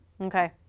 Okay